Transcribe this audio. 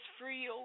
free